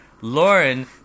Lauren